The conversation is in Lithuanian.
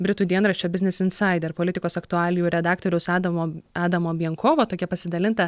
britų dienraščio business insider politikos aktualijų redaktoriaus adamo adamo bjenkovo tokia pasidalinta